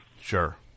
Sure